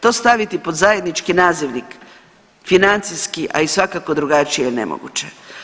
To staviti pod zajednički nazivnik financijski a i svakako drugačije je nemoguće.